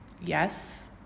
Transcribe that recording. yes